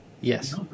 Yes